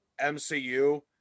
MCU